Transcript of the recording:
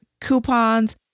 coupons